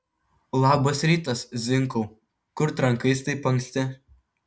labas rytas zinkau kur trankais taip anksti